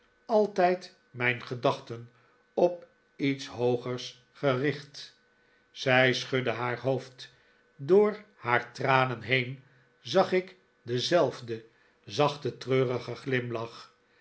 altijd mijn gedachten op iets hoogers gericht zij schudde haar hoofd door haar tranen heen zag ik denzelfden zachten treurigen glimlach